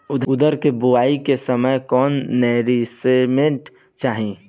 उरद के बुआई के समय कौन नौरिश्मेंट चाही?